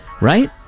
right